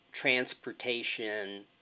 transportation